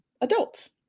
adults